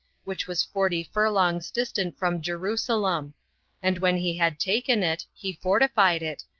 which was forty furlongs distant from jerusalem and when he had taken it, he fortified it,